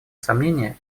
сомнения